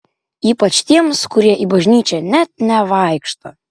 ypač tiems kurie į bažnyčią net nevaikšto